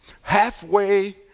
halfway